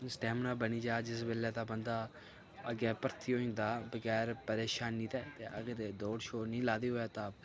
stamina बनी जा जिस बेल्लै तां बंदा अग्गें भरथी होई जंदा बगैर परेशानी दे ते अगर एह् दौड़ शोड़ नि लाई दी होए तां